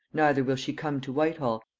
neither will she come to whitehall,